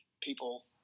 People